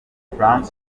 soudan